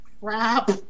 crap